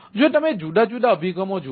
તેથી જો તમે આ જુદા જુદા અભિગમો જુઓ